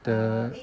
the